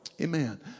Amen